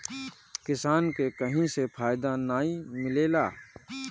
किसान के कहीं से फायदा नाइ मिलेला